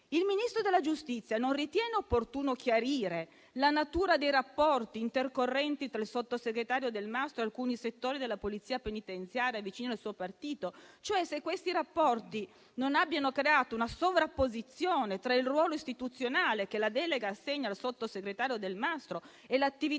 Il Ministro della giustizia non ritiene opportuno chiarire la natura dei rapporti intercorrenti tra il sottosegretario Delmastro e alcuni settori della Polizia penitenziaria vicini al suo partito? Chiarire, cioè, se questi rapporti non abbiano creato una sovrapposizione tra il ruolo istituzionale che la delega assegna al sottosegretario Delmastro e l'attività